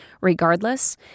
Regardless